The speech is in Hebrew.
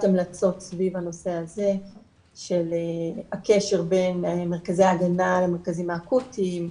המלצות סביב הנושא הזה של הקשר בין מרכזי ההגנה למרכזים האקוטיים,